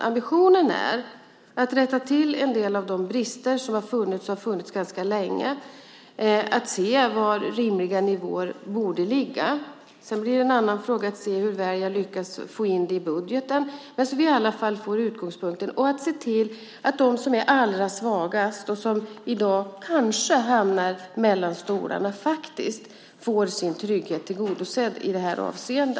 Ambitionen är att rätta till en del av de brister som har funnits ganska länge och se var rimliga nivåer borde ligga. Det blir en annan fråga hur väl jag lyckas få in det i budgeten. Utgångspunkten är att se till att de som är allra svagast och som i dag kanske hamnar mellan stolarna får sin trygghet tillgodosedd i detta avseende.